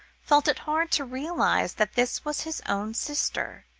felt it hard to realise that this was his own sister,